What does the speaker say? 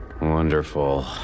Wonderful